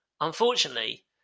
Unfortunately